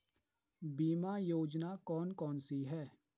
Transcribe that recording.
बीमा योजना कौन कौनसी हैं?